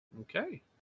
Okay